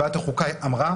ועדת החוקה אמרה